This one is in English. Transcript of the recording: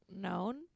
known